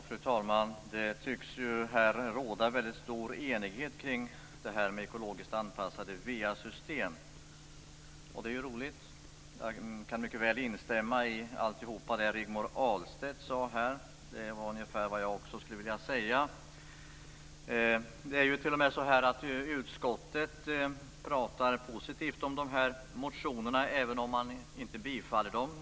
Fru talman! Det tycks här råda stor enighet kring detta med ekologiskt anpassade va-system, och det är roligt. Jag kan mycket väl instämma i allt som Rigmor Ahlstedt sade. Det var ungefär vad jag också skulle ha sagt. Utskottet talar positivt om motionerna, även om man inte tillstyrker dem.